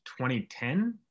2010